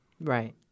Right